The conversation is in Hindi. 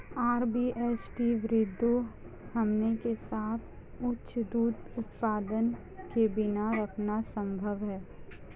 आर.बी.एस.टी वृद्धि हार्मोन के साथ उच्च दूध उत्पादन को बनाए रखना संभव है